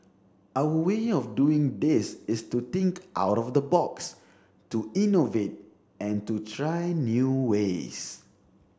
our way of doing this is to think out of the box to innovate and to try new ways